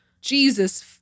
Jesus